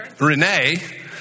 Renee